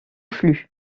flux